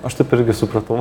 aš taip irgi supratau